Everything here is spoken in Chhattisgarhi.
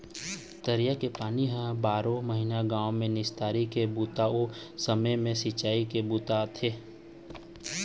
तरिया के पानी ह बारो महिना गाँव म निस्तारी के बूता अउ समे म सिंचई के बूता आथे